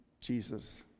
Jesus